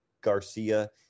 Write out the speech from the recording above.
Garcia